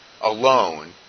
alone